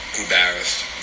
Embarrassed